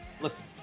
Listen